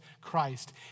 Christ